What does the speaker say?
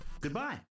Goodbye